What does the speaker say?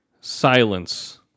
silence